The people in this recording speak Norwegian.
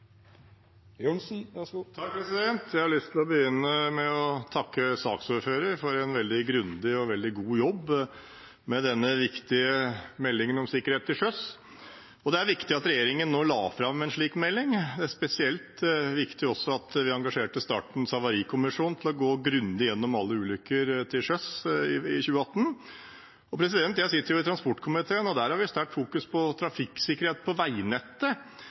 veldig god jobb med denne viktige meldingen om sikkerhet til sjøs. Det er viktig at regjeringen nå la fram en slik melding. Det er også spesielt viktig at vi engasjerte Statens havarikommisjon til å gå grundig gjennom alle ulykker til sjøs i 2018. Jeg sitter i transportkomiteen, og der har vi sterkt fokus på trafikksikkerhet på veinettet.